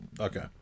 Okay